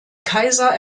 kaiser